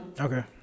okay